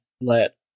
let